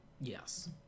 Yes